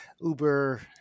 Uber